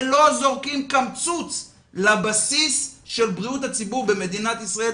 אבל לא זורקים קמצוץ לבסיס של בריאות הציבור במדינת ישראל,